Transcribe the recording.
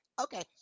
okay